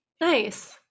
Nice